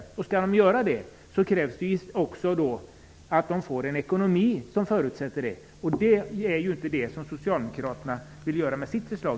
Om de skall klara det krävs att de får en ekonomi som ger förutsättningar för det, och det är ju inte vad socialdemokraterna vill uppnå med sitt förslag.